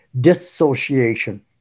dissociation